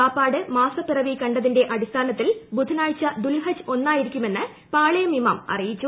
കാപ്പാട് മാസപ്പിറവി കണ്ടതിൻറെ അടിസ്ഥാനത്തിൽ ബുധനാഴ്ച ദുൽഹജ്ജ് ഒന്നായിരിക്കുമെന്ന് പാളയം ഇമാം അറിയിച്ചു